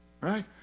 right